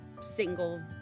single